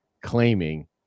claiming